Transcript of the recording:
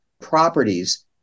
properties